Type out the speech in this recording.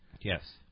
Yes